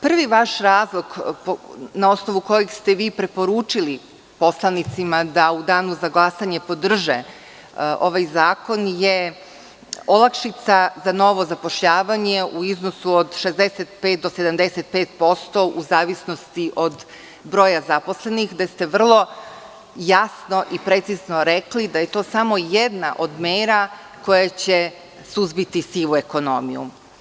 Prvi vaš razlog na osnovu kojeg ste vi preporučili poslanicima da u Danu za glasanje podrže ovaj zakon je olakšica za novo zapošljavanje u iznosu od 65 do 75%, u zavisnosti od broja zaposlenih, gde ste vrlo jasno i precizno rekli da je to samo jedna od mera koja će suzbiti sivu ekonomiju.